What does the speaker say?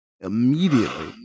immediately